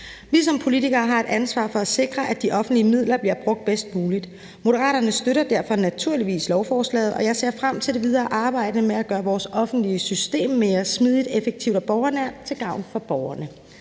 har som politikere et ansvar for at sikre, at de offentlige midler bliver brugt bedst muligt. Moderaterne støtter derfor naturligvis lovforslaget, og jeg ser frem til det videre arbejde med at gøre vores offentlige system mere smidigt, effektivt og borgernært til gavn for borgerne.